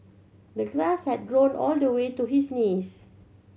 the grass had grown all the way to his knees